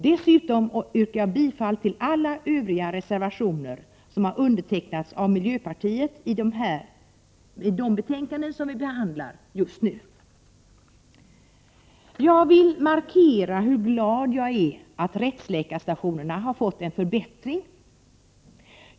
Dessutom yrkar jag bifall till alla övriga reservationer som undertecknats av miljöpartiets representant i de betänkanden som vi just nu behandlar. Jag vill markera hur glad jag är att rättsläkarstationerna föreslås få en förbättring.